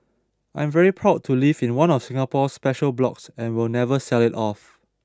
I'm very proud to live in one of Singapore's special blocks and will never sell it off